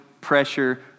pressure